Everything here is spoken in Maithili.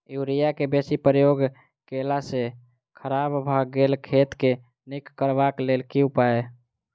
यूरिया केँ बेसी प्रयोग केला सऽ खराब भऽ गेल खेत केँ नीक करबाक लेल की उपाय?